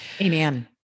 Amen